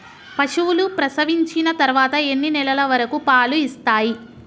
పశువులు ప్రసవించిన తర్వాత ఎన్ని నెలల వరకు పాలు ఇస్తాయి?